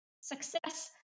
success